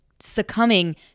succumbing